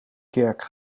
kerk